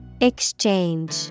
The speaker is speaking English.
Exchange